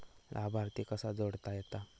लाभार्थी कसा जोडता येता?